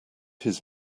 his